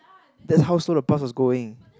that's how slow the bus was going